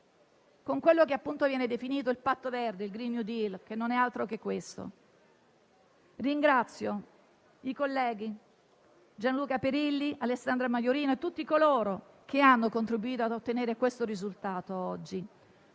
con quello che viene definito il patto verde, il *green new deal*, che non è altro che questo. Ringrazio i colleghi Gianluca Perilli, Alessandra Maiorino e tutti coloro che hanno contribuito ad ottenere questo risultato oggi.